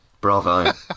Bravo